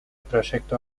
proyecto